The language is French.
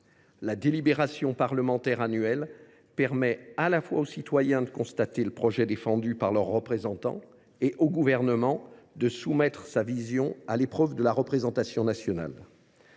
La délibération parlementaire annuelle permet à la fois aux citoyens de constater le projet défendu par leurs représentants et au Gouvernement de soumettre sa vision à l’épreuve de la représentation nationale.